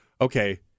Okay